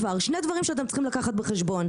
דבר שני דברים שאתם צריכים לקחת בחשבון,